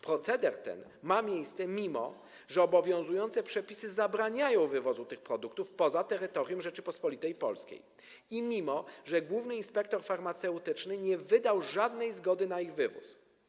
Proceder ten ma miejsce, mimo że obowiązujące przepisy zabraniają wywozu tych produktów poza terytorium Rzeczypospolitej Polskiej i mimo że główny inspektor farmaceutyczny nie wydał żadnej zgody na ich wywóz.